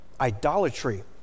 idolatry